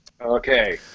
Okay